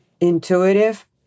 intuitive